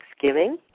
Thanksgiving